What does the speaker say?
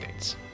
updates